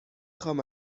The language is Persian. خوام